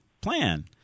plan